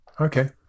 okay